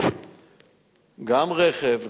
גם רכב,